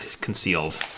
concealed